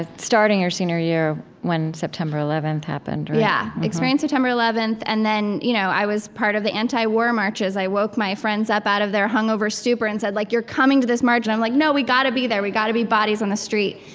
ah starting your senior year, when september eleventh happened, right? yeah, experienced september eleventh, and then you know i was part of the anti-war marches. i woke my friends up out of their hungover stupor and said, like you're coming to this march. and i'm like, no, we've got to be there. we've got to be bodies on the street.